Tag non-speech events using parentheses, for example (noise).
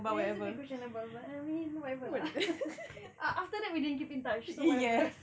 ya it's a bit questionable but I mean whatever lah (laughs) ah after that we didn't keep in touch so whatever